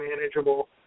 manageable